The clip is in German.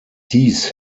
dies